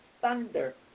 thunder